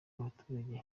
abaturage